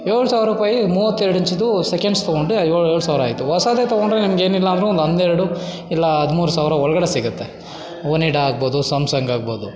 ಏಳು ಸಾವಿರ್ರೂಪಾಯಿ ಮೂವತ್ತೆರ್ಡು ಇಂಚಿದ್ದು ಸೆಕೆಂಡ್ಸ್ ತಗೊಂಡೆ ಏಳು ಸಾವಿರ ಆಯಿತು ಹೊಸಾದೆ ತಗೊಂಡ್ರೆ ನಮಗೇನಿಲ್ಲ ಅಂದರೂ ಒಂದು ಹನ್ನೆರ್ಡು ಇಲ್ಲ ಹದ್ಮೂರು ಸಾವಿರ ಒಳಗಡೆ ಸಿಗುತ್ತೆ ಒನಿಡಾ ಆಗ್ಬೋದು ಸಮ್ಸಂಗ್ ಆಗ್ಬೋದು